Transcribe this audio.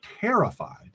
terrified